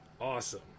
Awesome